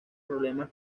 problemas